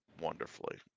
wonderfully